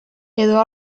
edo